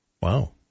Wow